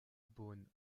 beaune